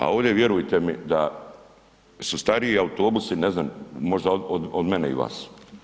A ovdje vjerujte mi da su stariji autobusi ne znam možda od mene i vas.